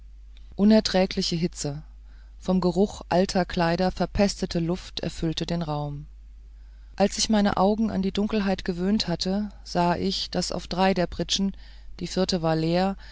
unerträgliche hitze vom geruch alter kleider verpestete luft erfüllte den raum als sich meine augen an die dunkelheit gewöhnt hatten sah ich daß auf drei der pritschen die vierte war leer